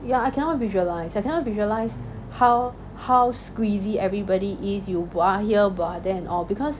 ya I cannot visualize I cannot visualize how how squeezy everybody is you here there and all because